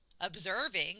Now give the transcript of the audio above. observing